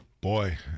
boy